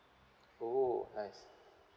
oh nice